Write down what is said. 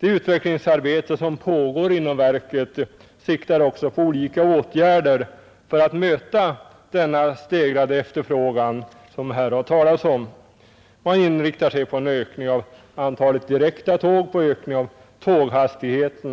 Det utvecklingsarbete som pågår inom verket siktar också till olika åtgärder för att möta den stegrade efterfrågan som det här har talats om. Man inriktar sig på ökning av antalet direkttåg och på ökning av tåghastigheten.